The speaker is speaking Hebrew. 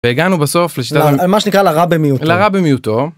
והגענו בסוף לשלב.. על מה שנקרא הרע במיעוטו.הרע במיעוטו